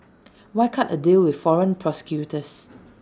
why cut A deal with foreign prosecutors